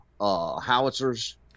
howitzers